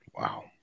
Wow